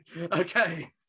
Okay